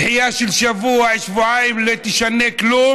העדשים מבושלות היטב.) דחייה של שבוע-שבועיים לא תשנה כלום,